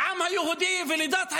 זרה לעם היהודי ולדת היהדות.